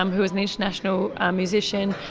um who was an international ah musician,